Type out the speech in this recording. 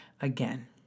again